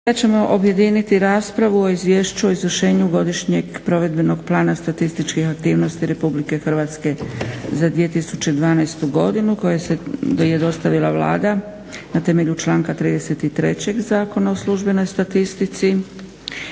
sada ćemo objediniti raspravu o: - Izvješće o izvršenju Godišnjeg provedbenog plana statističkih aktivnosti RH 2012.godinu koju je dostavila Vlada na temelju članka 33. Zakona o službenoj statistici